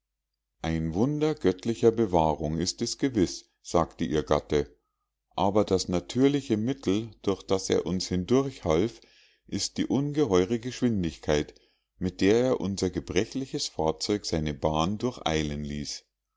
ein wunder göttlicher bewahrung ist es gewiß sagte ihr gatte aber das natürliche mittel durch das er uns hindurchhalf ist die ungeheure geschwindigkeit mit der er unser gebrechliches fahrzeug seine bahn durcheilen ließ